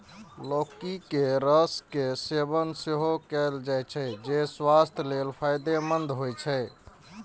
लौकी के रस के सेवन सेहो कैल जाइ छै, जे स्वास्थ्य लेल फायदेमंद होइ छै